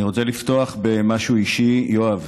אני רוצה לפתוח במשהו אישי, יואב,